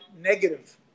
negative